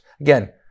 Again